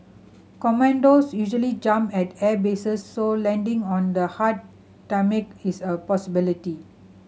commandos usually jump at airbases so landing on the hard tarmac is a possibility